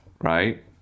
Right